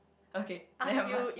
okay never mind